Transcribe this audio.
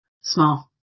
Small